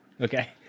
Okay